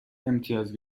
امتیاز